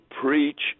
preach